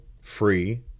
free